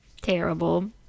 terrible